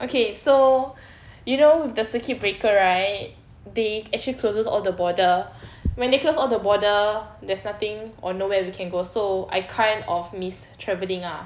okay so you know the circuit breaker right they actually closes all the border when they close all the border there's nothing or nowhere we can go so I kind of miss travelling ah